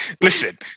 listen